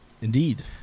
indeed